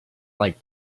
like